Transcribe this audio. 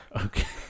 Okay